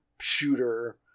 shooter